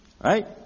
right